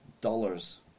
dollars